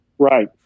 Right